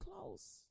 close